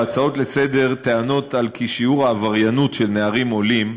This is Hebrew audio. בהצעות לסדר טענות על כי שיעור העבריינות של נערים עולים,